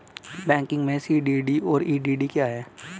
Banking में CDD और EDD क्या हैं?